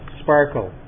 sparkle